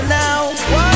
now